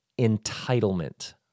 entitlement